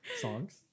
Songs